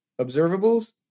observables